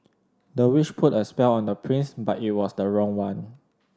the witch put a spell on the prince but it was the wrong one